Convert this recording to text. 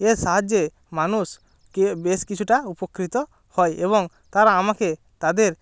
এর সাহায্যে মানুষকে বেশ কিছুটা উপকৃত হয় এবং তারা আমাকে তাদের